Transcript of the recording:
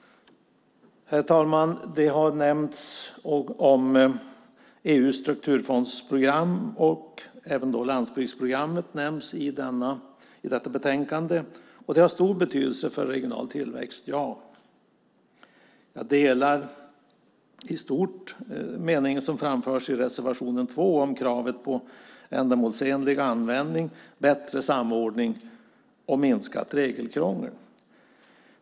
Herr talman! Det har nämnts om EU:s strukturfondsprogram, och även landsbygdsprogrammet nämns i detta betänkande. De har stor betydelse för regional tillväxt. Jag delar i stort meningen som framförs i reservation 2 om kravet på ändamålsenlig användning, bättre samordning och minskat regelkrångel.